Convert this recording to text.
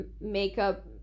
makeup